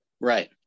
right